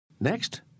Next